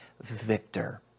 victor